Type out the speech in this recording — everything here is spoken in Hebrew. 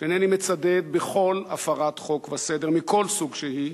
שאינני מצדד בכל הפרת חוק וסדר, מכל סוג שהוא,